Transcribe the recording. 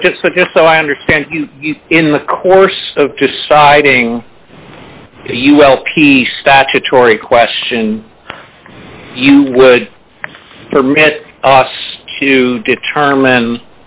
so i understand in the course of deciding u l p statutory question you would permit us to determine